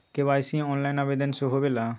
KYC online आवेदन से होवे ला?